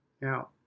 now